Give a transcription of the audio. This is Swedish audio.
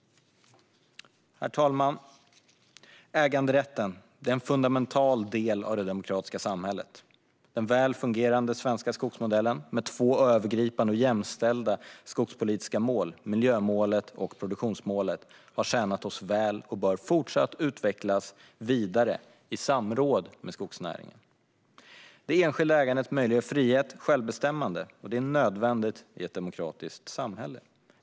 Herr talman! Äganderätten är en fundamental del av det demokratiska samhället. Den väl fungerande svenska skogsmodellen med två övergripande och jämställda skogspolitiska mål, miljömålet och produktionsmålet, har tjänat oss väl och bör fortsatt utvecklas vidare i samråd med skogsnäringen. Det enskilda ägandet möjliggör frihet och självbestämmande, och det är nödvändigt i ett demokratiskt samhälle.